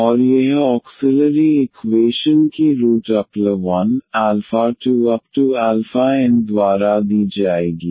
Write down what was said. और यह auxiliary equation की रूट 12n द्वारा दी जाएगी